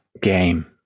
game